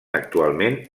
actualment